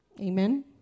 Amen